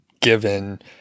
given